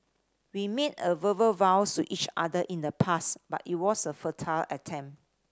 we made a verbal vows to each other in the past but it was a futile attempt